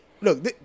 look